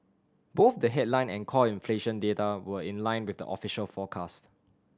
both the headline and core inflation data were in line with the official forecast